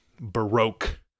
Baroque